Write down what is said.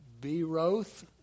Beroth